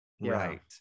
right